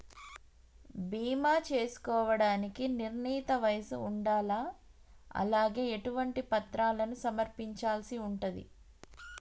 బీమా చేసుకోవడానికి నిర్ణీత వయస్సు ఉండాలా? అలాగే ఎటువంటి పత్రాలను సమర్పించాల్సి ఉంటది?